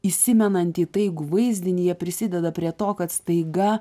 įsimenantį įtaigų vaizdinį jie prisideda prie to kad staiga